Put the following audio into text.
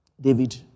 david